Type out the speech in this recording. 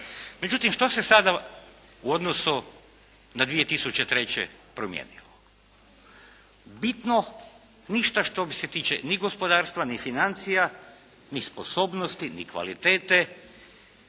Međutim što se sada u odnosu na 2003. promijenilo? Bitno ništa što se tiče ni gospodarstva, ni financija, ni sposobnosti, ni kvalitete